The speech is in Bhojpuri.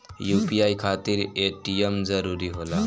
यू.पी.आई खातिर ए.टी.एम जरूरी होला?